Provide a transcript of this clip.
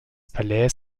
palais